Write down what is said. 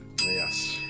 yes